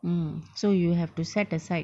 mm so you have to set aside